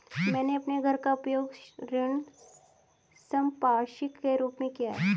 मैंने अपने घर का उपयोग ऋण संपार्श्विक के रूप में किया है